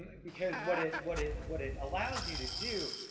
because what it, what it, what it allows you to do